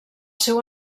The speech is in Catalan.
seu